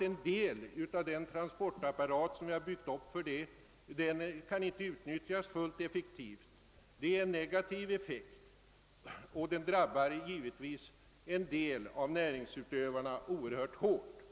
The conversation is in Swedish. En del av den transportapparat som byggts upp på det området kan nu inte utnyttjas fullt effektivt. Det är en negativ effekt som givetvis drabbar en del av näringsutövarna mycket hårt.